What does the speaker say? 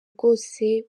bwose